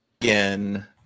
Again